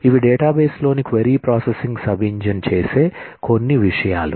ఇవి డేటాబేస్లోని query processing sub engine చేసే కొన్ని విషయాలు